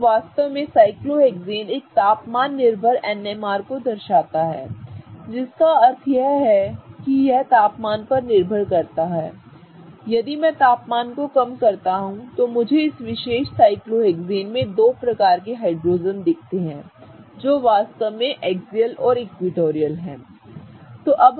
तो वास्तव में साइक्लोहेक्सेन एक तापमान निर्भर NMR को दर्शाता है जिसका अर्थ है कि यह तापमान पर निर्भर करता है क्योंकि यदि मैं तापमान को कम करता हूं तो मुझे इस विशेष साइक्लोहेक्सेन में दो प्रकार के हाइड्रोजेन दिखते हैं जो वास्तव में एक्सियल और इक्विटोरियल हैं ठीक है